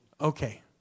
Okay